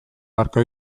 beharko